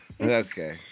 Okay